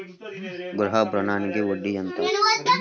గృహ ఋణంకి వడ్డీ ఎంత?